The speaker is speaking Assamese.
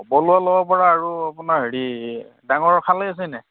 পল' ল'ব পাৰা আৰু আপোনাৰ হেৰি ডাঙৰ খালৈ আছেনি